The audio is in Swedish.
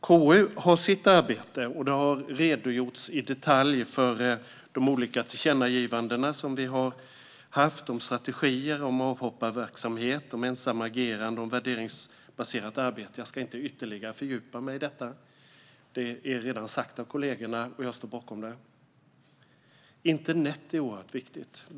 KU har sitt arbete, och det har i detalj redogjorts för de olika tillkännagivanden som vi har haft om strategier, om avhopparverksamhet, om ensamagerande och om värderingsbaserat arbete. Jag ska inte ytterligare fördjupa mig i detta - det är redan sagt av kollegerna, och jag står bakom det. Internet är oerhört viktigt.